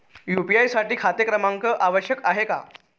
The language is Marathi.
यू.पी.आय साठी खाते क्रमांक आवश्यक आहे का?